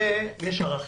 יש ערכים.